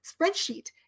spreadsheet